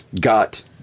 got